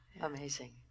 amazing